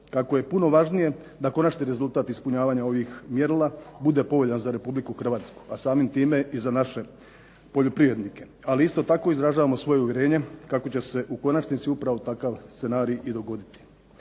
kako je puno važnije da konačni rezultat ispunjavanja ovih mjerila bude povoljan za Republiku Hrvatsku, a samim time i za naše poljoprivrednike. Ali isto tako izražavamo svoje uvjerenje kako će se u konačnici upravo takav scenarij dogoditi.